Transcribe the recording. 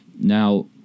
Now